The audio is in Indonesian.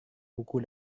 buku